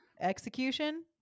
execution